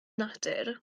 natur